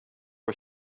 was